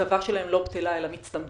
שההטבה שלהם לא בטלה אלא מצטמצמת.